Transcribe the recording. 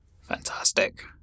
Fantastic